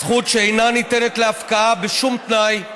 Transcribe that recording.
זכות שאינה ניתנת להפקעה בשום תנאי.